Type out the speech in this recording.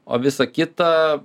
o visa kita